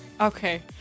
okay